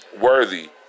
Worthy